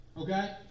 Okay